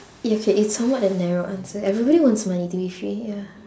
okay it's somewhat a narrow answer everybody wants money to be free ya